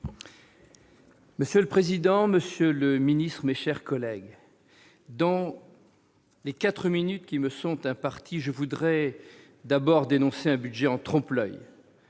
Monsieur le président, monsieur le ministre, mes chers collègues, dans les quatre minutes qui me sont imparties, je veux d'abord dénoncer un budget en trompe-l'oeil,